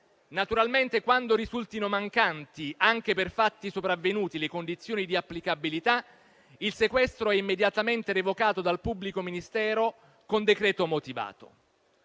Naturalmente quando risultino mancanti, anche per fatti sopravvenuti, le condizioni di applicabilità, il sequestro è immediatamente revocato dal pubblico ministero, con decreto motivato.